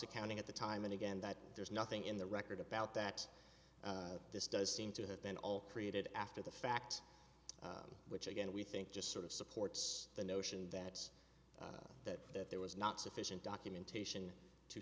accounting at the time and again that there's nothing in the record about that this does seem to have been all created after the fact which again we think just sort of supports the notion that that that there was not sufficient documentation to